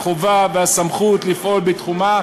החובה והסמכות לפעול בתחומה,